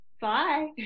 Bye